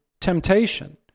temptation